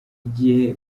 igihe